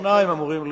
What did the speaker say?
שניים אמורים להיות.